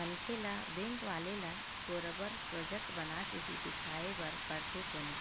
मनखे ल बेंक वाले ल बरोबर प्रोजक्ट बनाके ही देखाये बर परथे कोनो